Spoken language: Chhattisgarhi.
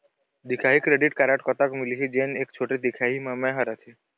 दिखाही क्रेडिट कारड कतक मिलही जोन एक छोटे दिखाही म मैं हर आथे?